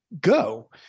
go